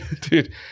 Dude